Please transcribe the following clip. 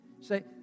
Say